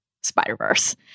Spider-Verse